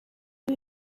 ari